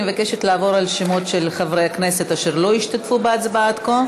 אני מבקשת לעבור על שמות חברי הכנסת שלא השתתפו בהצבעה עד כה,